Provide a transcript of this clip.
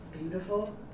beautiful